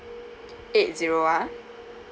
eight zero ah